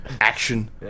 action